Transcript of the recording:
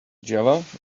java